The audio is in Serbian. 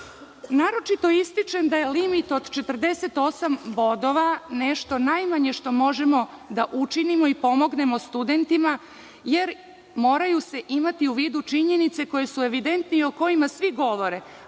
ističem da je limit od 48 bodova nešto najmanje što možemo da učinimo i pomognemo studentima jer moraju se imati u vidu činjenice koje su evidentne i kojima svi govore,